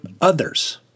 others